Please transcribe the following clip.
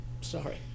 Sorry